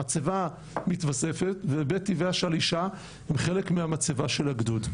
המצבה מתווספת ובטי והשלישה הן חלק מהמצבה של הגדוד.